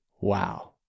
wow